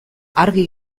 argi